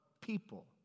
people